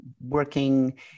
working